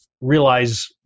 realize